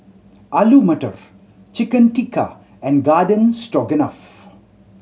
Alu Matar Chicken Tikka and Garden Stroganoff